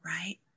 right